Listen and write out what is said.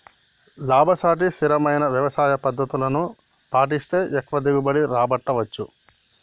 లాభసాటి స్థిరమైన వ్యవసాయ పద్దతులను పాటిస్తే ఎక్కువ దిగుబడి రాబట్టవచ్చు